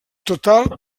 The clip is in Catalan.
total